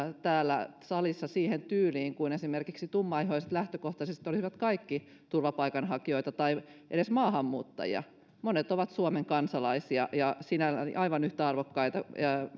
täällä salissa siihen tyyliin kuin että esimerkiksi tummaihoiset lähtökohtaisesti olisivat kaikki turvapaikanhakijoita tai edes maahanmuuttajia monet ovat suomen kansalaisia ja aivan yhtä arvokkaita